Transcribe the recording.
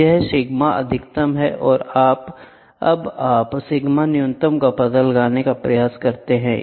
तो यह सिग्मा अधिकतम है और अब आप सिग्मा न्यूनतम पता लगाने का प्रयास कर सकते हैं